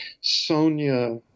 Sonia